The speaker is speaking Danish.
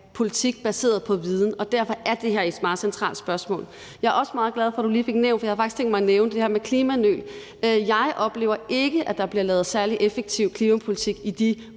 politik baseret på viden. Og derfor er det her et meget centralt spørgsmål. Jeg er også meget glad for, du lige fik nævnt det, for jeg havde faktisk tænkt mig at nævne det her med klimanøl. Jeg oplever ikke, at der bliver lavet særlig effektiv klimapolitik i de